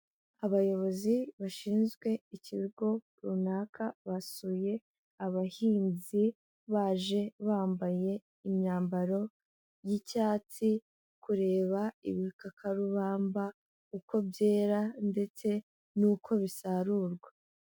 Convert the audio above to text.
Abayobozi bashinzwe ikigo runaka basuye abahinzi, baje bambaye imyambaro y'icyatsi, kureba ibikakarubamba uko byera ndetse n'uko bisarurwa.